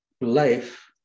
life